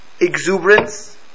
exuberance